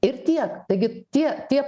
ir tiek taigi tie tie